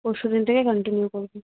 পরশু দিন থেকে কান্টিনিউ করবেন